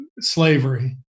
slavery